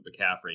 McCaffrey